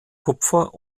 kupfer